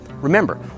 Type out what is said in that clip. Remember